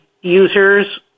users